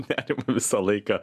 nerimą visą laiką